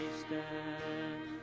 stand